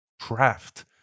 craft